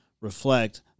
reflect